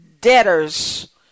debtors